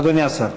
אדוני השר.